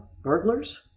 Burglars